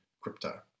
crypto